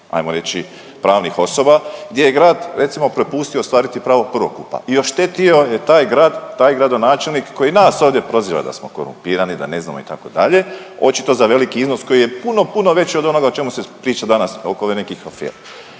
ajmo reći pravnih osoba, gdje je grad recimo propustio ostvariti pravo prvokupa i oštetio je taj grad, taj gradonačelnik koji nas ovdje proziva da smo korumpirani, da ne znamo itd. očito za veliki iznos koji je puno, puno veći od onoga o čemu se priča danas oko ovih nekih afera.